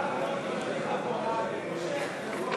הצעת סיעות יהדות התורה, מרצ להביע